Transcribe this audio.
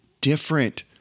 different